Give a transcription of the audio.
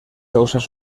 causas